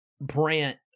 Brant